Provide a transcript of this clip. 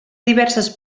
diverses